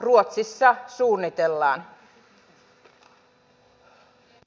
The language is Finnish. ruotsissa sitä suunnitellaan